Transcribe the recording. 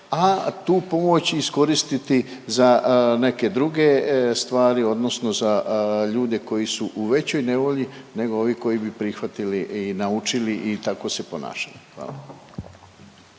a tu pomoć iskoristiti za neke druge stvari odnosno za ljude koji su u većoj nevolji nego ovi koji bi prihvatili i naučili i tako se ponašali? Hvala.